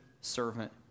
servant